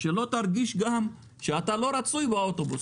שלא נרגיש שאנחנו לא רצויים באוטובוס,